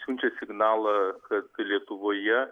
siunčia signalą kad lietuvoje